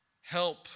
help